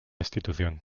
institución